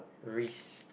risk